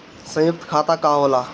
सयुक्त खाता का होला?